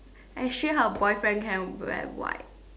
actually her boyfriend can wear white